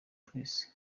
twese